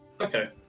Okay